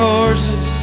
Horses